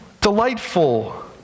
delightful